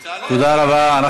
זה חוק גזעני ממדרגה ראשונה.